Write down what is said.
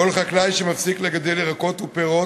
כל חקלאי שמפסיק לגדל ירקות ופירות,